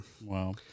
wow